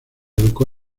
educó